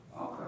Okay